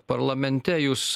parlamente jūs